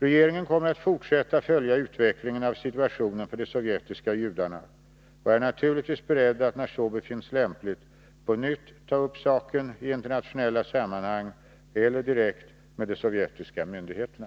Regeringen kommer att fortsätta att följa utvecklingen av situationen för de sovjetiska judarna och är naturligtvis beredd att när så befinnes lämpligt på nytt ta upp saken i internationella sammanhang eller direkt med de sovjetiska myndigheterna.